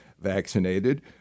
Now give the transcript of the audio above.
vaccinated